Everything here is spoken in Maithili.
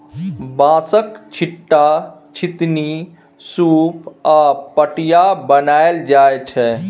बाँसक, छीट्टा, छितनी, सुप आ पटिया बनाएल जाइ छै